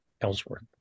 Ellsworth